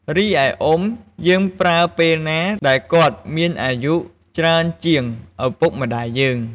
រីឯ "អ៊ុំ" យើងប្រើពេលណាដែលគាត់មានអាយុច្រើនជាងឪពុកម្តាយយើង។